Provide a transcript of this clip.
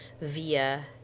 via